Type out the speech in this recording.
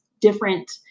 different